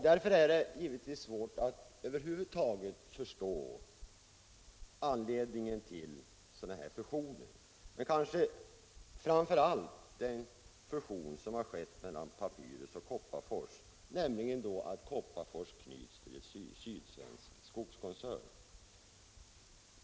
Därför är det givetvis svårt att över huvud taget förstå anledningen till sådana fusioner men kanske framför allt den fusion som har skett mellan AB Papyrus och Kopparfors AB, vilken har medfört att Kopparfors knyts till en sydsvensk skogskoncern.